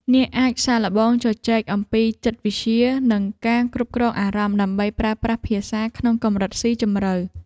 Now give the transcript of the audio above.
អ្នកអាចសាកល្បងជជែកអំពីចិត្តវិទ្យា និងការគ្រប់គ្រងអារម្មណ៍ ដើម្បីប្រើប្រាស់ភាសាក្នុងកម្រិតស៊ីជម្រៅ។